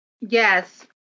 Yes